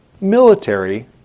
military